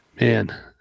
Man